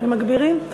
מגבירים?